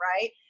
right